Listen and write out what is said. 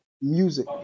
music